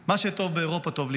"מה שטוב לאירופה טוב לישראל".